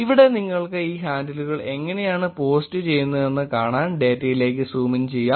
ഇവിടെ നിങ്ങൾക്ക് ഈ ഹാൻഡിലുകൾ എങ്ങനെയാണ് പോസ്റ്റുചെയ്യുന്നതെന്ന് കാണാൻ ഡേറ്റയിലേക്ക് സൂം ഇൻ ചെയ്യാം